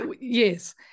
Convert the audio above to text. Yes